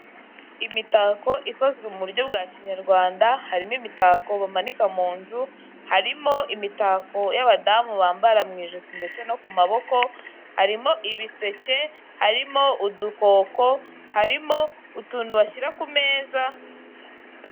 Imitako ikozwe mu buryo bwa kinyarwanda harimo imitako bamanika mu nzu, harimo imitako y'abadamu bambara mu ijosi ndetse no ku maboko, harimo ibiseke, harimo udukoko, harimo utuntu bashyira ku meza.